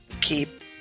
keep